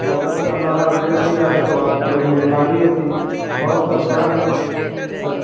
تو اگر سر ہمارا اپڈیٹ ہو جاتا تو آپ کی بڑی مہربانی ہوتی بہت پرشان ہیں سر